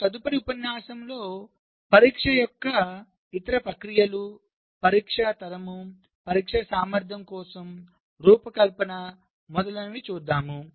మన తదుపరి ఉపన్యాసంలో పరీక్ష యొక్క ఇతర ప్రక్రియలు పరీక్ష తరం పరీక్ష సామర్థ్యం కోసం రూపకల్పన మొదలైనవి చూద్దాం